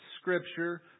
scripture